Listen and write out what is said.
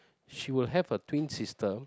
she will have a twin sister